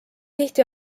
tihti